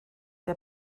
der